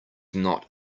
not